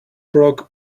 broke